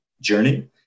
journey